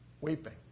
weeping